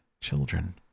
children